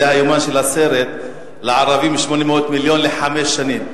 זה היומן של הסרט: לערבים 800 מיליון לחמש שנים.